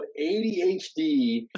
ADHD